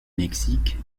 mexique